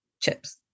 chips